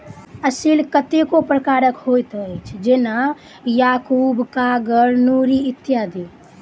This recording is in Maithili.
असील कतेको प्रकारक होइत अछि, जेना याकूब, कागर, नूरी इत्यादि